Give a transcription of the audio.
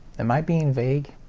am i being vague?